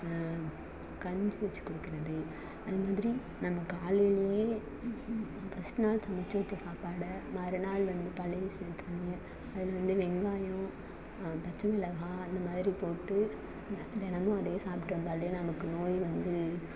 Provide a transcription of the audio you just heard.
கஞ்சி வச்சி குடிக்கிறது அது மாதிரி நம்ம காலையிலையே ம்ம்ம் ஃபர்ஸ்ட் நாள் சமைச்சி வச்ச சாப்பாட மறுநாள் வந்து பழைய சோற்றுலே அதில் வந்து வெங்காயம் பச்சை மிளகா இந்த மாதிரி போட்டு தினமும் அதே சாப்பிட்டு வந்தாலே நமக்கு நோய் வந்து